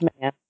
man